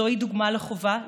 זוהי דוגמה לחובה,